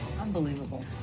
Unbelievable